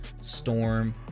Storm